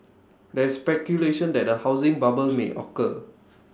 there is speculation that A housing bubble may occur